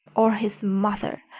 or his mother,